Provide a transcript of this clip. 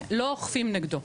לא אוכפים נגדו.